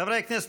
חברי הכנסת,